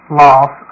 loss